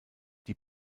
die